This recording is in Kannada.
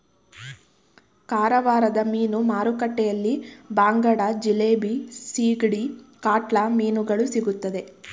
ಕಾರವಾರದ ಮೀನು ಮಾರುಕಟ್ಟೆಯಲ್ಲಿ ಬಾಂಗಡ, ಜಿಲೇಬಿ, ಸಿಗಡಿ, ಕಾಟ್ಲಾ ಮೀನುಗಳು ಸಿಗುತ್ತದೆ